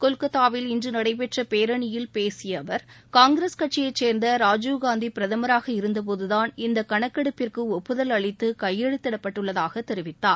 கொல்கத்தாவில் இன்று நடைபெற்ற பேரணியில் பேசிய அவர் காங்கிரஸ் கட்சியை சேர்ந்த ராஜுவ் காந்தி பிரதமராக இருந்த போதுதான் இந்த கணக்கெடுப்பிற்கு ஒப்புதல் அளித்து கையெழுத்திட்டுள்ளதாக தெரிவித்தார்